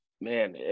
man